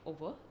over